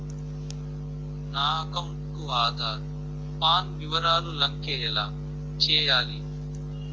నా అకౌంట్ కు ఆధార్, పాన్ వివరాలు లంకె ఎలా చేయాలి?